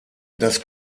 das